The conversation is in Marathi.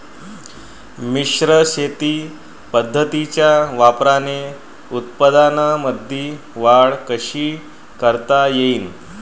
मिश्र शेती पद्धतीच्या वापराने उत्पन्नामंदी वाढ कशी करता येईन?